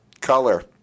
color